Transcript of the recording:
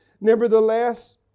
Nevertheless